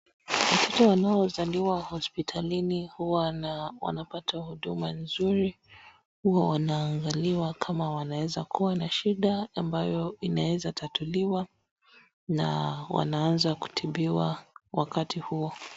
Watoto wanaozaliwa hospitalini huwa wanapata huduma nzuri, huwa wanaangaliwa kama wanaweza kuwa na shida ambayo inaweza tatuliwa na wanaanza kutibiwa wakati huo.